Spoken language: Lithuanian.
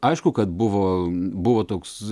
aišku kad buvo buvo toks